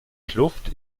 kluft